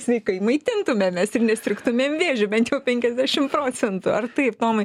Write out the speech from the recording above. sveikai maitintumėmės ir nestrigtumėm vėžiu bent jau penkiasdešim procentų ar taip tomai